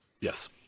Yes